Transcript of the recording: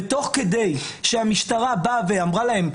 ותוך כדי שהמשטרה באה ואמרה להם: